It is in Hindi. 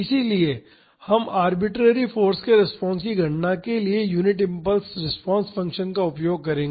इसलिए हम आरबिटरेरी फाॅर्स के रिस्पांस की गणना के लिए यूनिट इम्पल्स रिस्पांस फ़ंक्शन का उपयोग करेंगे